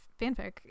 fanfic